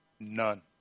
None